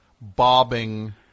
bobbing